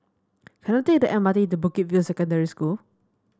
can I take the M R T to Bukit View Secondary School